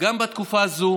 גם בתקופה הזאת